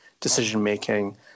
decision-making